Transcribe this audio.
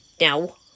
No